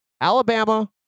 Alabama